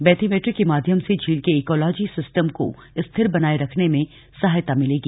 bathymetry के माध्यम से झील के ईकोलॉजी सिस्टम को स्थिर बनाए रखने में सहायता मिलेगी